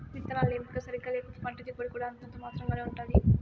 విత్తనాల ఎంపిక సరిగ్గా లేకపోతే పంట దిగుబడి కూడా అంతంత మాత్రం గానే ఉంటుంది